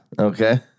Okay